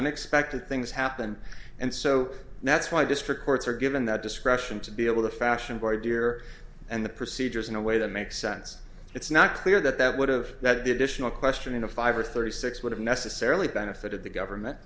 unexpected things happen and so that's why district courts are given that discretion to be able to fashion very dear and the procedures in a way that makes sense it's not clear that that would've that the additional question in a five or thirty six would have necessarily benefited the government